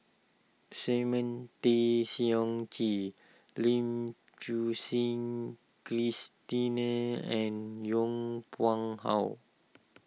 Simon Tay Seong Chee Lim Suchen Christine and Yong Pung How